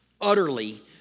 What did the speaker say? Utterly